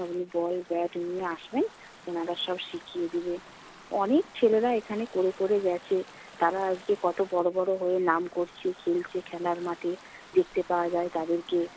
আপনি ball bat নিয়ে আসবেন ওনারা সব শিখিয়ে দেবে অনেক ছেলেরা এখানে করে করে গেছে তারা আজকে কত বড় বড় হয়ে নাম করছে খেলছে খেলার মাঠে দেখতে পাওয়া যায় তাদেরকে